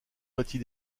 battit